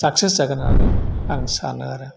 success जागोन होननानै आरो आं सानो आरो